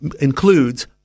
includes